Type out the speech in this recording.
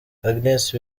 agnes